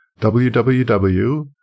www